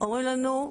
אומרים לנו,